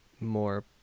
more